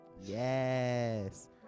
Yes